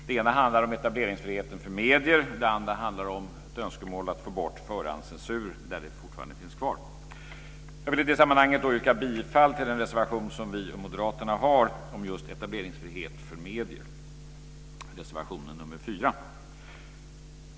Den ena handlar om etableringsfriheten för medier, den andra om önskemålet att få bort förhandscensur där sådan fortfarande finns kvar. Jag vill i det sammanhanget yrka bifall till vår och moderaternas reservation om just etableringsfrihet för medier, reservation nr 4.